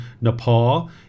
nepal